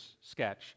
sketch